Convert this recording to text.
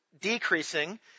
decreasing